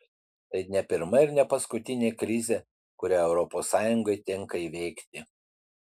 tai ne pirma ir ne paskutinė krizė kurią europos sąjungai tenka įveikti